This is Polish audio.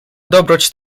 dobroć